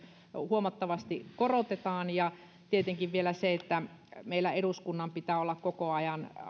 huomattavasti korotetaan ja tietenkin meillä eduskunnan pitää olla koko ajan